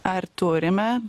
ar turime